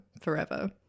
forever